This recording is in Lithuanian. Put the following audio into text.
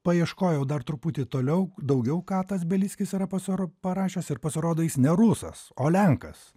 paieškojau dar truputį toliau daugiau ką tas belickis yra pasiro parašęs ir pasirodo jis ne rusas o lenkas